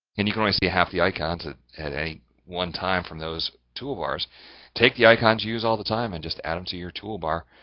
and you can only see half the icons at at one time from those toolbars take the icons use all the time and just add them to your toolbar.